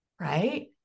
right